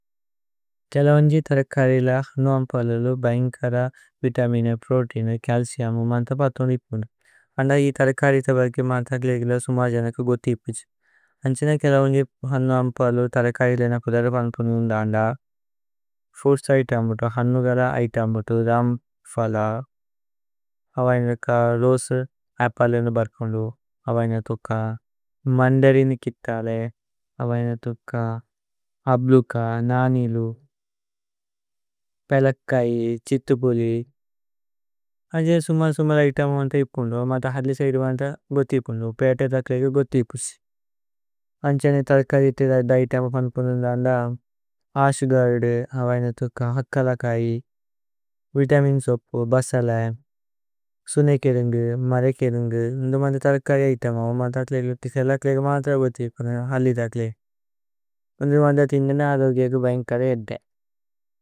കേലേഓന്ജി തരകരില ഹനുഅമ്പലേലു ബൈന്കര വിതമിന്। പ്രോതേഇനു ചല്ചിഉമു മാന്തപ് അഥോദികുന്ദു അന്ദ യീ। തരകരിത ബഗ്ഗേ മാന്തക് ലേഗേലേ സുമര് ജനക് ഗുഥികുജ്। അന്ഛിന കേലേഓന്ജി ഹനുഅമ്പലേലു തരകരിലേ ന കുദര। പന്പുന്ദുന്ദു അന്ദ ഫുര്സ് ഇതേമുതു ഹനു ഗല ഇതേമുതു രമ്। ഫല അവൈനതുക രോസു। അപല്ലേനു ബര്കുന്ദു അവൈനതുക മന്ദരിനു കിതലേ। അവൈനതുക അബ്ലുക, നനിലു, പേലക്കൈ, ഛിത്തുപുലി। അന്ഛിന സുമര് സുമര് ഇതേമു അന്തഹിപുന്ദു അവമത। ഹലിസൈദു മാന്തപ് ഗുഥികുന്ദു പേഅത തക്ലേഗേ ഗുഥികുജ്। അന്ഛിന തരകരിത ദൈതേ മാന്തപ് പന്പുന്ദുന്ദു അന്ദ। അശ് ഗുഅര്ദു അവൈനതുക ഹക്കലകൈ വിതമിനേ സോകു। ബസല സുനേകേരുന്ഗു മരേകേരുന്ഗു ഉന്ദുമന്ത തരകരി। ഇതേമു അവമത തക്ലേഗേ കേലേഅക്ലേഗേ മാന്തപ് ഗുഥികുന്ദു। ഹലിതക്ലേഗേ ഉന്ദുമന്ത തിന്ഗന അലോഗേഗു ബന്കര ഇതേമു।